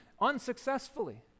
unsuccessfully